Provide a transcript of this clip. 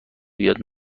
بیاد